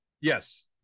yes